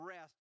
rest